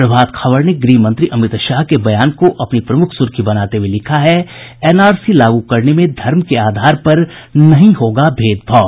प्रभात खबर ने गृह मंत्री अमित शाह के बयान को अपनी प्रमुख सुर्खी बनाते हुए लिखा है एनआरसी लागू करने में धर्म के आधार पर नहीं होगा भेदभाव